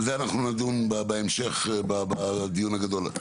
על זה נדון בהמשך, בדיון הגדול.